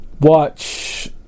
watch